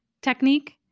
Technique